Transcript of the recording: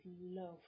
love